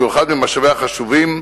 שהוא אחד ממשאביה החשובים,